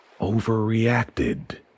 overreacted